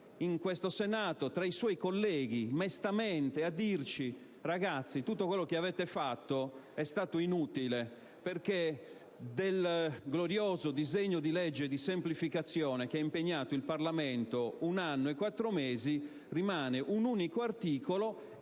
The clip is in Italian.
lei qui, al Senato, tra i suoi colleghi, a dirci mestamente: tutto quello che avete fatto è stato inutile perché del glorioso disegno di legge di semplificazione che ha impegnato il Parlamento un anno e quattro mesi rimane un unico articolo.